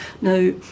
Now